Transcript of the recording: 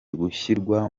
gushyirwa